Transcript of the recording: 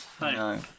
No